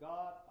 God